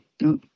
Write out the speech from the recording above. no